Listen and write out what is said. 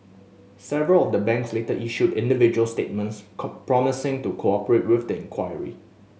several of the banks later issued individual statements promising to cooperate with the inquiry